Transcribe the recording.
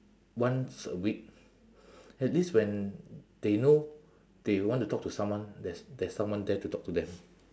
once a week at least when they know they want to talk to someone there's there's someone there to talk to them